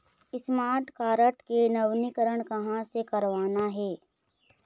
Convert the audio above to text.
Smart card के नवीनीकरण कहां से करवाना हे?